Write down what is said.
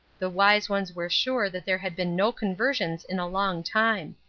the wise ones were sure that there had been no conversions in a long time.